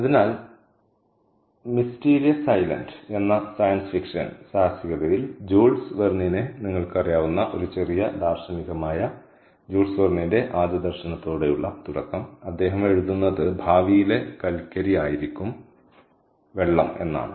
അതിനാൽ mysterious island എന്ന science fiction സാഹസികതയിൽ ജൂൾസ് വെർണിനെ നിങ്ങൾക്ക് അറിയാവുന്ന ഒരു ചെറിയ ദാർശനികമായ ജൂൾസ് വെർണിന്റെ ആദ്യ ദർശനത്തോടെയുള്ള തുടക്കം അദ്ദേഹം എഴുതുന്നത് ഭാവിയിലെ കൽക്കരി ആയിരിക്കും വെള്ളം എന്നാണ്